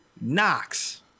Knox